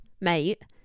mate